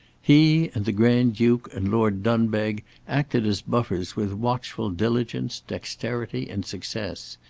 he and the grand-duke and lord dunbeg acted as buffers with watchful diligence, dexterity, and success.